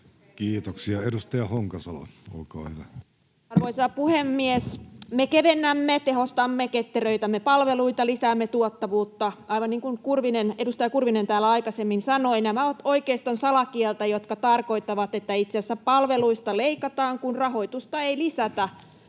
Kiitoksia. — Edustaja Honkasalo, olkaa hyvä. Arvoisa puhemies! ”Me kevennämme, tehostamme ja ketteröitämme palveluita, lisäämme tuottavuutta” — aivan niin kuin edustaja Kurvinen täällä aikaisemmin sanoi, nämä ovat oikeiston salakieltä, jotka tarkoittavat, että itse asiassa palveluista leikataan, kun rahoitusta ei lisätä